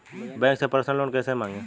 Bank से personal loan कैसे मांगें?